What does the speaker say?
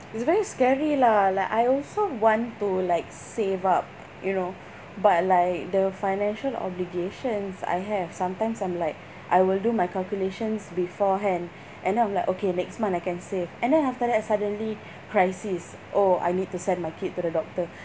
it's very scary lah like I also want to like save up you know but like the financial obligations I have sometimes I'm like I will do my calculations beforehand and then I'm like okay next month I can save and then after that suddenly crisis oh I need to send my kid to the doctor